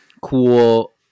cool